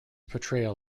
portrayal